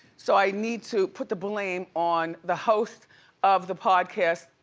so i need to put the blame on the host of the podcast,